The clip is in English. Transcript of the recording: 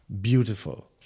beautiful